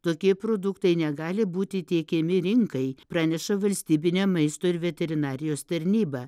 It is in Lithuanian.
tokie produktai negali būti tiekiami rinkai praneša valstybinė maisto ir veterinarijos tarnyba